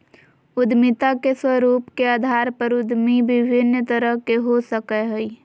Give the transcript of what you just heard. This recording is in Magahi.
उद्यमिता के स्वरूप के अधार पर उद्यमी विभिन्न तरह के हो सकय हइ